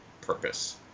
purpose